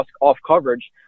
off-coverage